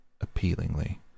appealingly